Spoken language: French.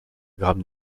gram